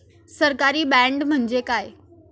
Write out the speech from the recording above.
सरकारी बाँड म्हणजे काय?